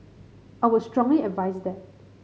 I would strongly advise that